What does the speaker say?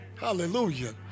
Hallelujah